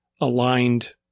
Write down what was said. aligned